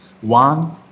One